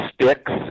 Sticks